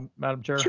madam chair?